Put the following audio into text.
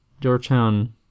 Georgetown